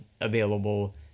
available